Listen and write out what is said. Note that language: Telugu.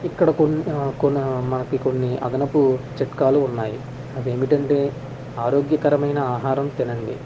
ఇక్కడ కొన్ని కొన్న మనకి కొన్ని అదనపు చిట్కాలు ఉన్నాయి అవి ఏమిటంటే ఆరోగ్యకరమైన ఆహారం తినండి